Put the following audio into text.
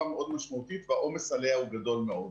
מאוד משמעותית והעומס עליה הוא גדול מאוד.